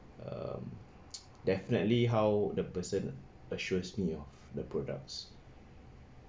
um definitely how the person assures me of the products